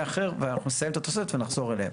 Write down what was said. אחר ואנחנו נסיים את התוספת ונחזור אליהם.